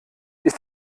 ist